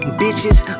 bitches